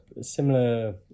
similar